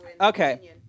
Okay